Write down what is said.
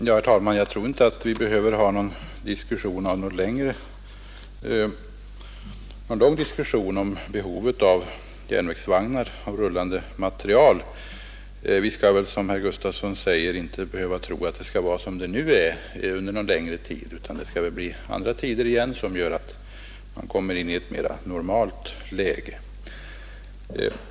Herr talman! Jag tror inte det är nödvändigt med någon lång diskussion om det ökade behovet av av rullande materiel. Vi får, som herr Gustafson i Göteborg säger, räkna med att det snart blir andra tider och ett mera normalt läge.